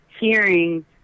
hearing